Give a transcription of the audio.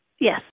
Yes